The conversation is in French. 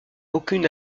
aucune